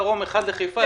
אחד לדרום ואחד לחיפה.